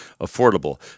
affordable